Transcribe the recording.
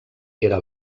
era